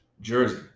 jersey